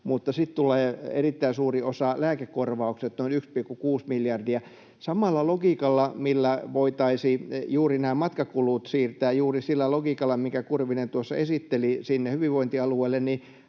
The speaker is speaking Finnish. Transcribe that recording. lääkekorvaukset erittäin suurena osana, noin 1,6 miljardia. Samalla logiikalla, millä voitaisiin juuri nämä matkakulut siirtää — juuri sillä logiikalla, minkä Kurvinen tuossa esitteli — sinne hyvinvointialueille,